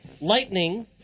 lightning